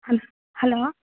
ஹல் ஹலோ